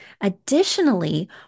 Additionally